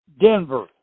Denver